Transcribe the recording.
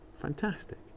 fantastic